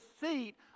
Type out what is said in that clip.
seat